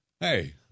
Hey